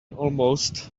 almost